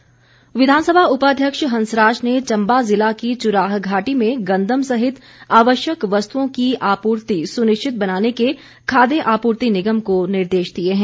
हंसराज विधानसभा उपाध्यक्ष हंसराज ने चम्बा जिला की चुराह घाटी में गंदम सहित आवश्यक वस्तुओं की आपूर्ति सुनिश्चित बनाने के खाद्य आपूर्ति निगम को निर्देश दिए हैं